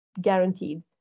guaranteed